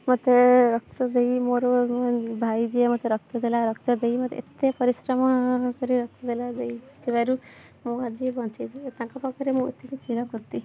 ମତେ ରକ୍ତ ଦେଇ ମୋର ମୋ ଭାଇ ଯିଏ ମତେ ରକ୍ତ ଦେଲା ରକ୍ତ ଦେଇ ମତେ ଏତେ ପରିଶ୍ରମ କରି ରକ୍ତ ଦେଲା ରକ୍ତ ଦେଇଥିବାରୁ ମୁଁ ଆଜି ବଞ୍ଚିଛି ତାଙ୍କ ପାଖରେ ମୁଁ ଏତିକି ଚିର କୃତି